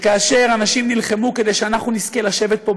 כאשר אנשים נלחמו כדי שאנחנו נזכה לשבת פה,